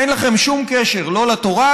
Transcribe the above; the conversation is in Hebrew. אין לכם שום קשר לא לתורה,